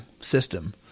system